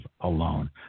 alone